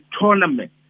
tournament